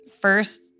first